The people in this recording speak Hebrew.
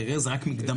כי הרי זה רק מקדמות.